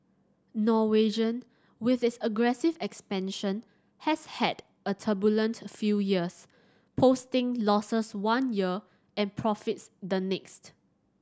Norwegian with its aggressive expansion has had a turbulent few years posting losses one year and profits the next